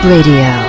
Radio